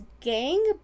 gang